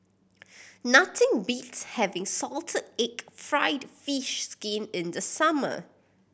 nothing beats having salted egg fried fish skin in the summer